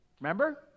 Remember